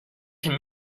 can